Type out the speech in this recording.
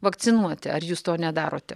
vakcinuoti ar jūs to nedarote